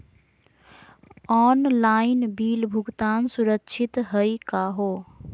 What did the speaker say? Online bill भुगतान सुरक्षित हई का हो?